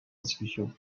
discussion